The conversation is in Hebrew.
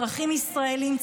אזרחים ישראלים,